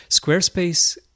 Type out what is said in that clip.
Squarespace